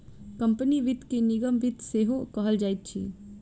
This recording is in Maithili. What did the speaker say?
कम्पनी वित्त के निगम वित्त सेहो कहल जाइत अछि